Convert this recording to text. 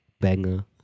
banger